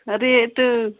अरे इत्त